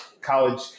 college